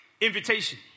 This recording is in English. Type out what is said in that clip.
Invitation